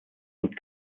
und